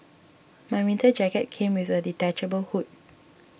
my winter jacket came with a detachable hood